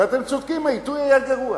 ואתם צודקים, העיתוי היה גרוע,